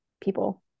people